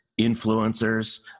influencers